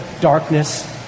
darkness